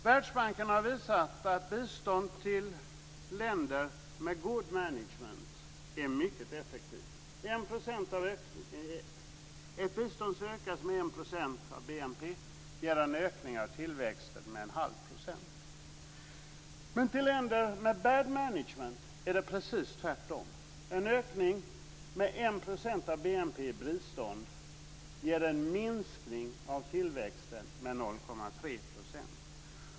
Världsbanken har visat att bistånd till länder med good management är mycket effektivt. Ett bistånd som ökas med 1 % av BNP ger en ökning av tillväxten med 1⁄2 %. Till länder med bad management är det precis tvärtom.